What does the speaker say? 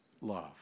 love